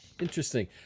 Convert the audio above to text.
Interesting